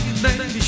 Baby